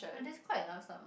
ah that's quite a lump sum ah